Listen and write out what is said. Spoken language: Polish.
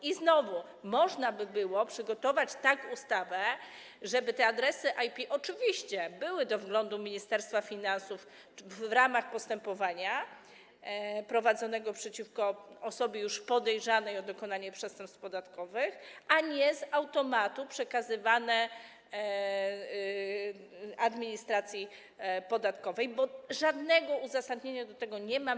I znowu można by było przygotować tak ustawę, żeby te adresy IP oczywiście były do wglądu Ministerstwa Finansów w ramach postępowania prowadzonego przeciwko osobie już podejrzanej o dokonanie przestępstw podatkowych, a nie z automatu przekazywane administracji podatkowej, bo żadnego uzasadnienia do tego nie ma.